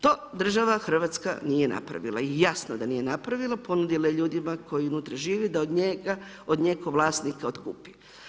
To država Hrvatska nije napravila i jasno da nije napravila, ponudila je ljudima koji unutra žive da od nje kao vlasnika otkupi.